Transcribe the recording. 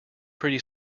pretty